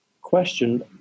question